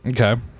okay